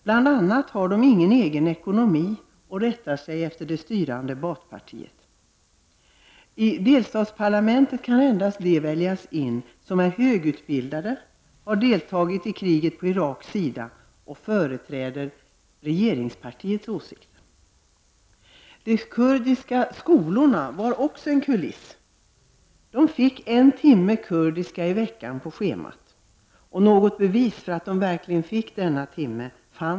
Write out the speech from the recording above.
De har t.ex. ingen egen ekonomi, och de rättar sig efter det styrande Baathpartiet. I delstatsparlamentet kan man väljas in enbart om man är högutbildad, har deltagit i kriget på Iraks sida och företräder regeringspartiets åsikter. De kurdiska skolorna var också en kuliss. De hade en timme kurdiska i veckan på schemat. Det fanns inte heller något bevis för att de verkligen fick denna timma.